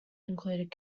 included